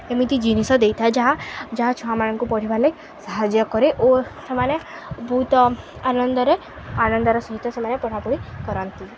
ଏମିତି ଜିନିଷ ଦେଇଥାଏ ଯାହା ଯାହା ଛୁଆମାନଙ୍କୁ ପଢ଼ିବା ଲାଗି ସାହାଯ୍ୟ କରେ ଓ ସେମାନେ ବହୁତ ଆନନ୍ଦରେ ଆନନ୍ଦର ସହିତ ସେମାନେ ପଢ଼ାପଢ଼ି କରନ୍ତି